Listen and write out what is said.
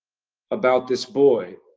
about this boy,